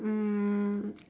mm